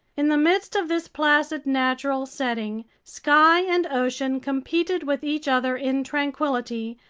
in the midst of this placid natural setting, sky and ocean competed with each other in tranquility,